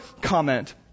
comment